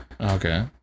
Okay